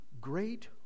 Great